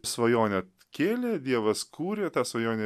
svajonę kėlė dievas kūrė tą svajonę